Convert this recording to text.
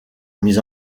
mis